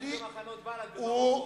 שיתייחס למחנות בל"ד במרוקו.